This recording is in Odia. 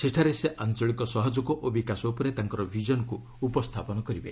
ସେଠାରେ ସେ ଆଞ୍ଚଳିକ ସହଯୋଗ ଓ ବିକାଶ ଉପରେ ତାଙ୍କର ଭିଜନ୍କୁ ଉପସ୍ଥାପନ କରିବେ